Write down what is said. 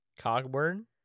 Cogburn